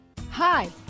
Hi